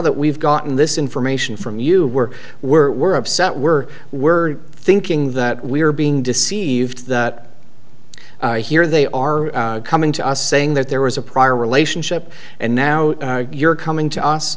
that we've gotten this information from you we're were upset we're we're thinking that we are being deceived that here they are coming to us saying that there was a prior relationship and now you're coming to us